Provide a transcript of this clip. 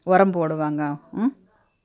உரம் போடுவாங்க